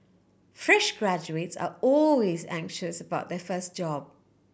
fresh graduates are always anxious about their first job